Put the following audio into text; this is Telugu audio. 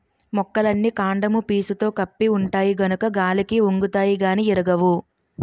మొక్కలన్నీ కాండము పీసుతో కప్పి ఉంటాయి కనుక గాలికి ఒంగుతాయి గానీ ఇరగవు